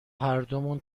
هردومون